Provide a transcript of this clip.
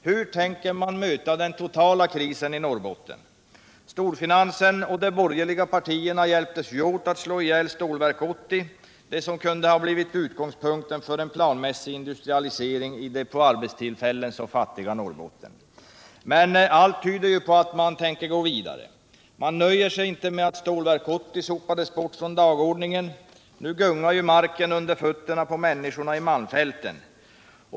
Hur tänker man möta krisen i Norrbotten? Storfinansen och de borgerliga partierna hjälptes åt att slå ihjäl Stålverk 80, det som kunde ha blivit utgångspunkten för en planmässig industrialisering i det på arbetstillfällen så fattiga Norrbotten. Allt tyder på att man tänker gå vidare. Man nöjer sig inte med att Stålverk 80 sopades bort från dagordningen. Nu gungar marken under fötterna på människorna i malmfälten.